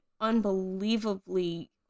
unbelievably